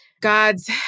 God's